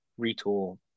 retool